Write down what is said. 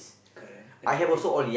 correct exactly